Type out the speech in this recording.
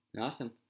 Awesome